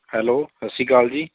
hello ਸਤਿ ਸ਼੍ਰੀ ਅਕਾਲ ਜੀ